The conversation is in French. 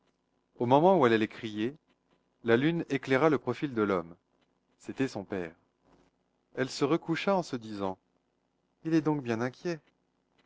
au moment où elle allait crier la lune éclaira le profil de l'homme c'était son père elle se recoucha en se disant il est donc bien inquiet